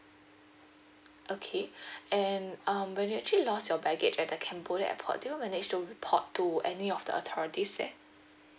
okay and um when you actually lost your baggage at the cambodia airport do you manage to report to any of the authorities there